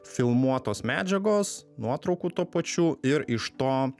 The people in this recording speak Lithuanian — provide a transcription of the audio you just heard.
filmuotos medžiagos nuotraukų tuo pačiu ir iš to